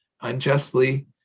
unjustly